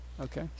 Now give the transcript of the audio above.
Okay